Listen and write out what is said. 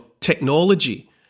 technology